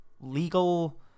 legal